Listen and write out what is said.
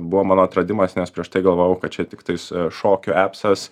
buvo mano atradimas nes prieš tai galvojau kad čia tiktais šokio epsas